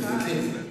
אז תבדקי את זה.